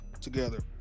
together